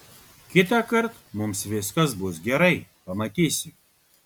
kitąkart mums viskas bus gerai pamatysi